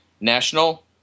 national